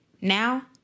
Now